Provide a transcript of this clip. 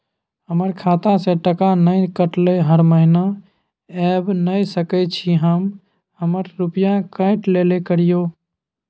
हमर खाता से टका नय कटलै हर महीना ऐब नय सकै छी हम हमर रुपिया काइट लेल करियौ?